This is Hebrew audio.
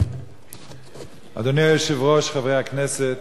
אדוני היושב-ראש, חברי הכנסת,